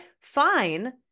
fine